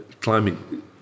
climbing